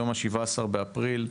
היום ה-17 באפריל 2023,